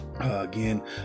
again